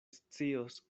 scios